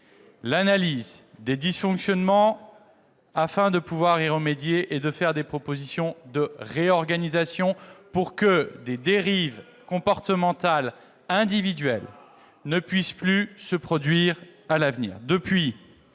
l'analyse des dysfonctionnements, afin de pouvoir y remédier et de faire des propositions de réorganisation, pour que des dérives comportementales individuelles ne puissent plus se produire à l'avenir. Depuis